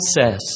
says